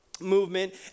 movement